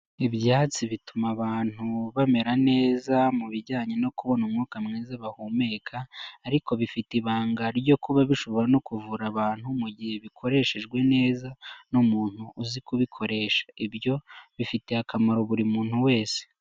Ibyatsi bituma abantu bamera neza mu bijyanye no kubona umwuka mwiza bahumeka, ariko bifite ibanga ryo kuba bishobora no kuvura abantu mu gihe bikoreshejwe neza n'umuntu uzi kubikoresha. Ibyo bifitiye akamaro buri muntu wese.